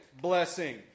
blessing